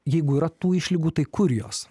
jeigu yra tų išlygų tai kur jos